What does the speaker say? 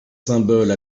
symboles